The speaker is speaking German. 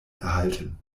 erhalten